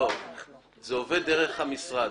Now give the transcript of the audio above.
זה עובר דרך המשרד.